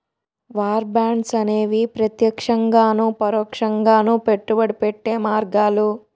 war bonds అనేవి ప్రత్యక్షంగాను పరోక్షంగాను పెట్టుబడి పెట్టే మార్గాలు